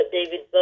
David